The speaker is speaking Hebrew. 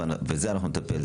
בזה אנחנו נטפל,